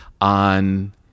on